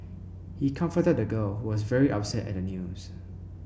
he comforted the girl was very upset at the news